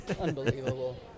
Unbelievable